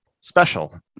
special